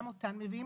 מביאים גם אותם.